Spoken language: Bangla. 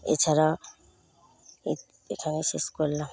এছাড়া এখানেই শেষ করলাম